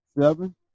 seven